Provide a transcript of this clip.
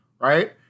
right